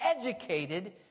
educated